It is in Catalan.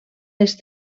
les